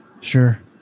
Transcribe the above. Sure